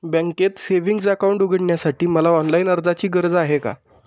बँकेत savings account उघडण्यासाठी मला ऑनलाईन अर्जाची गरज आहे का?